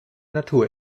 natur